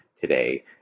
today